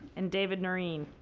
and david noreen.